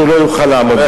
שהוא לא יוכל לעמוד בזה.